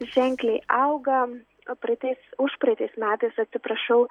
ženkliai auga o praeitais užpraeitais metais atsiprašau